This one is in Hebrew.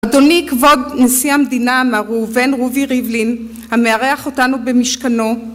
אדוני כבוד נשיא המדינה, מר ראובן רובי ריבלין, המארח אותנו במשכנו